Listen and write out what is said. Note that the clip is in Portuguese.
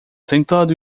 sentado